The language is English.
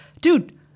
dude